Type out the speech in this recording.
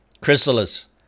chrysalis